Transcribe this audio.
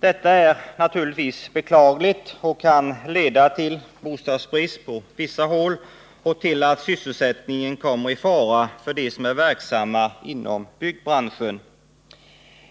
Det är naturligtvis beklagligt och kan leda till bostadsbrist på vissa håll och till att sysselsättningen kommer i fara för dem som är verksamma inom byggbranschen.